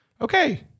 okay